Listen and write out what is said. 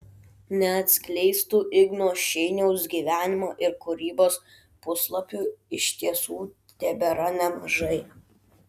neatskleistų igno šeiniaus gyvenimo ir kūrybos puslapių iš tiesų tebėra nemažai